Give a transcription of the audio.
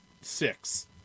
six